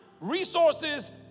resources